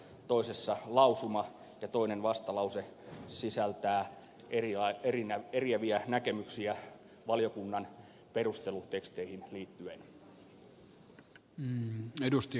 toisessa on lausuma ja toinen vastalause sisältää eriäviä näkemyksiä valiokunnan perusteluteksteihin liittyen